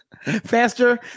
Faster